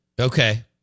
Okay